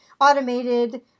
Automated